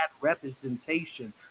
representation